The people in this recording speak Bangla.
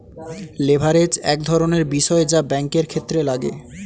লেভারেজ এক ধরনের বিষয় যা ব্যাঙ্কের ক্ষেত্রে লাগে